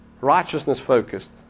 righteousness-focused